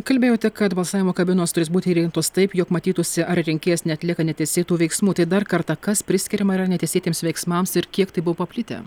kalbėjote kad balsavimo kabinos turės būti įrengtos taip jog matytųsi ar rinkėjas neatlieka neteisėtų veiksmų tai dar kartą kas priskiriama yra neteisėtiems veiksmams ir kiek tai buvo paplitę